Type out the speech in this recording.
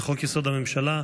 לחוק-יסוד: הממשלה,